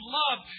love